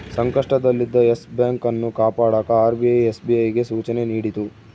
ಸಂಕಷ್ಟದಲ್ಲಿದ್ದ Yes Bank ಅನ್ನು ಕಾಪಾಡಕ ಆರ್.ಬಿ.ಐ ಎಸ್.ಬಿ.ಐಗೆ ಸೂಚನೆ ನೀಡಿತು